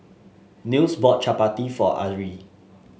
Nils bought Chapati for Ari